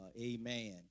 amen